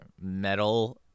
metal